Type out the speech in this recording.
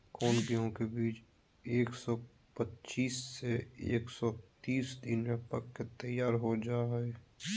कौन गेंहू के बीज एक सौ पच्चीस से एक सौ तीस दिन में पक के तैयार हो जा हाय?